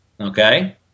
okay